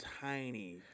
tiny